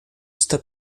está